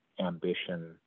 ambition